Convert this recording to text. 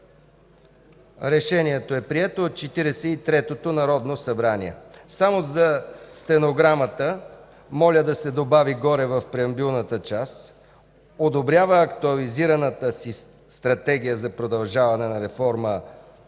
Решението е прието от Четиридесет и третото Народно събрание”. Само за стенограмата моля да се добави горе в преамбюлната част: „Одобрява Актуализираната стратегия за продължаване на реформа